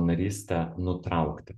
narystę nutraukti